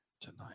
tonight